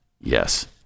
Yes